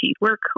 work